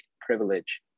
privilege